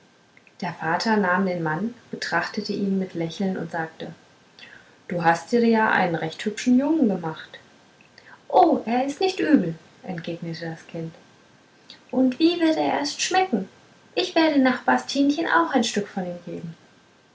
der vater nahm den mann betrachtete ihn mit lächeln und sagte du hast dir ja einen recht hübschen jungen gemacht o er ist nicht übel entgegnete das kind und wie wird er erst schmecken ich werde nachbars tinchen auch ein stück von ihm geben